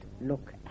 look